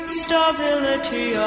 stability